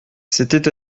c’était